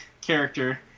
character